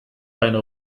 eine